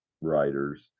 writers